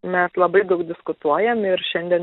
mes labai daug diskutuojam ir šiandien